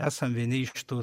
esam vieni iš tų